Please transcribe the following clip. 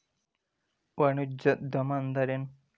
ವಾಣಿಜ್ಯೊದ್ಯಮಾ ಅಂದ್ರೇನು?